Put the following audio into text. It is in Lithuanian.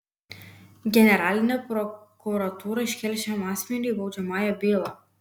generalinė prokuratūra iškėlė šiam asmeniui baudžiamąją bylą